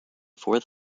fourth